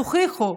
תוכיחו,